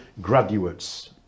graduates